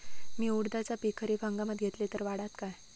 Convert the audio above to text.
मी उडीदाचा पीक खरीप हंगामात घेतलय तर वाढात काय?